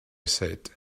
said